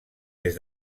des